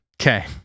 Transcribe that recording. okay